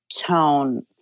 tone